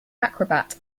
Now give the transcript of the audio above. acrobat